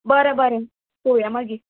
बरें बरें पोवया मागीर